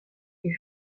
est